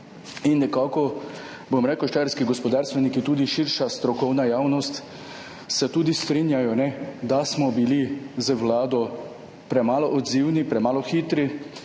in nekako štajerski gospodarstveniki, tudi širša strokovna javnost, se strinjajo, da smo bili z Vlado premalo odzivni, premalo hitri.